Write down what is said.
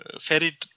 ferry